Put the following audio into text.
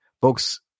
folks